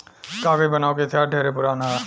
कागज बनावे के इतिहास ढेरे पुरान ह